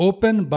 Open